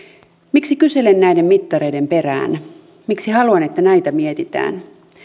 miksi kyselen näiden mittareiden perään miksi haluan että näitä mietitään